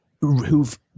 who've